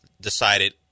decided